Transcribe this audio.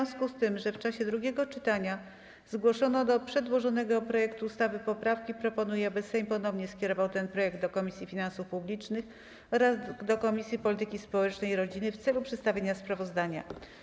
W związku z tym, że w czasie drugiego czytania zgłoszono do przedłożonego projektu ustawy poprawki, proponuję, aby Sejm ponownie skierował ten projekt do Komisji Finansów Publicznych oraz Komisji Polityki Społecznej i Rodziny w celu przedstawienia sprawozdania.